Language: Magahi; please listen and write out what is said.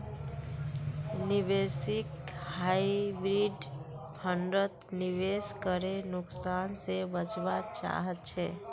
निवेशक हाइब्रिड फण्डत निवेश करे नुकसान से बचवा चाहछे